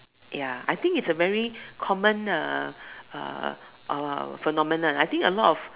ya I think it's a very common uh uh uh phenomenon I think a lot of